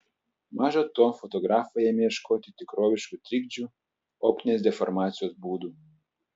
maža to fotografai ėmė ieškoti tikroviškų trikdžių optinės deformacijos būdų